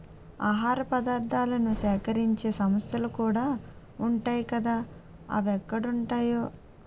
ఆహార పదార్థాలను సేకరించే సంస్థలుకూడా ఉంటాయ్ కదా అవెక్కడుంటాయో